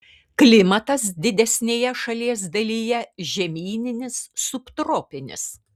klimatas didesnėje šalies dalyje žemyninis subtropinis